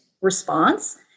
response